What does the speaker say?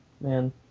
Man